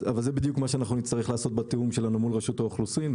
זה בדיוק מה שנצטרך לעשות בתיאום שלנו מול רשות האוכלוסין,